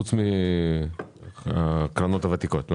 חוץ מהקרנות הוותיקות?